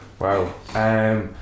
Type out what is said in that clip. Wow